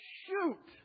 shoot